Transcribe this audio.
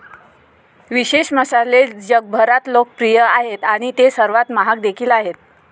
विशेष मसाले जगभरात लोकप्रिय आहेत आणि ते सर्वात महाग देखील आहेत